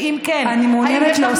ואם כן, האם יש לך